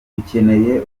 dukeneye